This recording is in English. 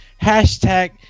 Hashtag